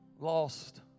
Lost